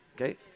Okay